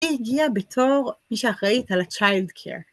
הגיע בתור מי שאחראית על הצ'יילד קייר.